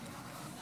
התשפ"ד